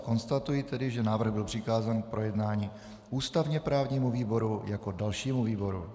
Konstatuji tedy, že návrh byl přikázán k projednání ústavněprávnímu výboru jako dalšímu výboru.